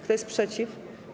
Kto jest przeciw?